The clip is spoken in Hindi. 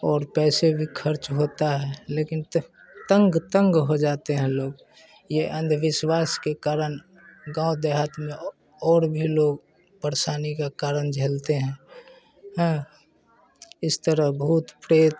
और पैसे भी खर्च होता है लेकिन त तंग तंग हो जाते हैं लोग ये अंधविश्वास के कारण गाँव देहात में और भी लोग परेशानी के कारण झेलते हैं हाँ इस तरह भूत प्रेत